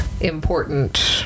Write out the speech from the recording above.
important